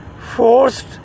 forced